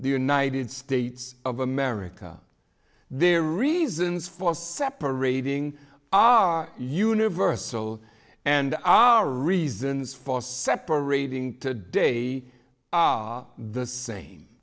the united states of america their reasons for separating are universal and our reasons for separating to day are the same